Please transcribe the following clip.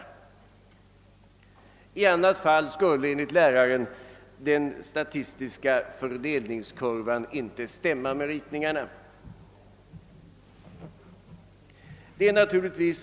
Enligt läraren skulle den statistiska fördelningskurvan inte annars stämma med ritningarna.